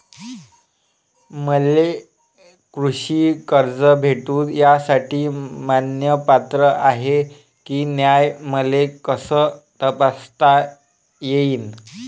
मले कृषी कर्ज भेटन यासाठी म्या पात्र हाय की नाय मले कस तपासता येईन?